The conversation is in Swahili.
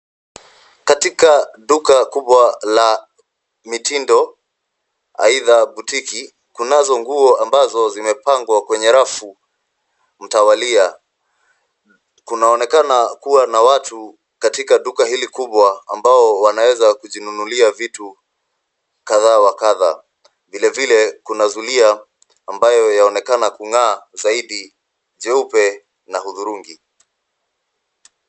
Katika duka kubwa la mitindo, aidha butiki, kunazo nguo ambazo zimepangwa kwenye rafu mtawalia. Kunaonekana kuwa na watu katika duka hili kubwa ambao wanaeza kujinunulia vitu kadha wa kadha. Vilevile kuna zulia ambayo yaonekana kung'aa zaidi, jeupe na hudhurungi.